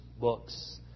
books